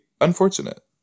unfortunate